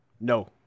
No